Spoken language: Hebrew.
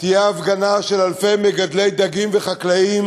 תהיה הפגנה של אלפי מגדלי דגים וחקלאים